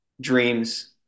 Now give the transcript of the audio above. dreams